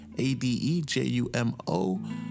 A-D-E-J-U-M-O